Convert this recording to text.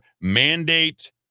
mandate